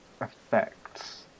effects